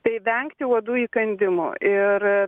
tai vengti uodų įkandimų ir